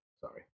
Sorry